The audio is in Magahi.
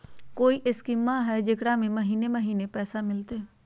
कोइ स्कीमा हय, जेकरा में महीने महीने पैसा मिलते?